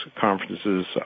conferences